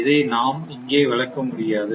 இதை நாம் இங்கே விளக்க முடியாது